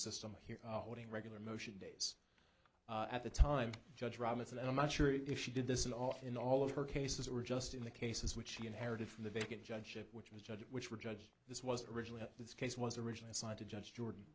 system here holding regular motion days at the time judge robinson i'm not sure if she did this in off in all of her cases that were just in the cases which she inherited from the vacant judge ship which was judge which were judge this was originally this case was originally signed to judge jordan